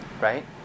Right